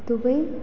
Dubai